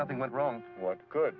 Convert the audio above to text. nothing went wrong what good